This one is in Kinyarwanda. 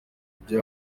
ibyo